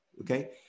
Okay